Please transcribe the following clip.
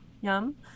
Yum